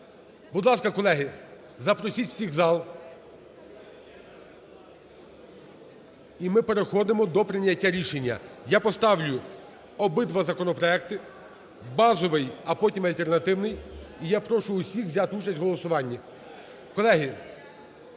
Будь ласка, колеги, запросіть всіх в зал. І ми переходимо до прийняття рішення. Я поставлю обидва законопроекти – базовий, а потім альтернативний. Я прошу всіх взяти участь в голосуванні.